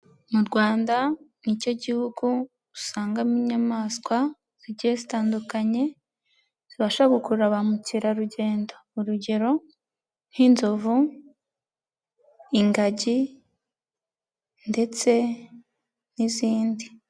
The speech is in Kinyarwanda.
Mu Rwanda ni cyo gihugu usangamo inyamaswa zigiye zitandukanye, zibasha gukurura ba mukerarugendo. Urugero nk'inzovu, ingagi ndetse n'izindi.